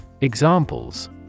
Examples